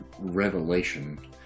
revelation